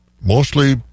mostly